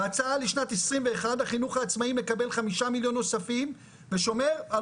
בהצעה לשנת 21 החינוך העצמאי מקבל 5 מיליון נוספים ושומר על